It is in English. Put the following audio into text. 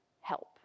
help